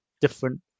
different